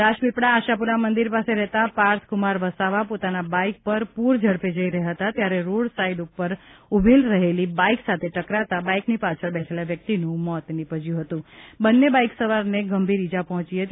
રાજપીપળા આશાપુરા મંદિર પાસે રહેતા પાર્થકુમાર વસાવા પોતાની બાઇક પર પૂરઝડપે જઇ રહ્યા હતા ત્યારે રોડ સાઇડ ઉપર ઉભી રહેલી બાઇક સાથે ટકરાતા બાઇકની પાછળ બેઠેલા વ્યક્તિનું મોત નિપજ્યું હતું અને બાઇક સવારને ગંભીર ઇજા પહોંચી હતી